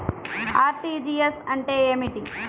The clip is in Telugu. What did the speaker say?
అర్.టీ.జీ.ఎస్ అంటే ఏమిటి?